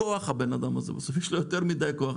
לבן אדם הזה יש בסוף כוח, יותר מדי כוח.